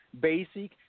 basic